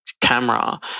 camera